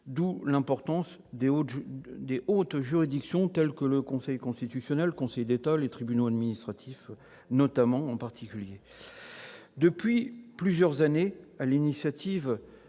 D'où l'importance des hautes juridictions, telles que le Conseil constitutionnel et le Conseil d'État, et des tribunaux administratifs. Depuis plusieurs années, sur l'initiative